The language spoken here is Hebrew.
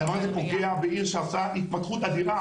הדבר הזה פוגע בעיר שעשתה התפתחות אדירה,